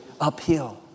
uphill